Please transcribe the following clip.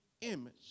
image